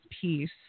piece